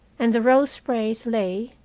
and the rose sprays lay,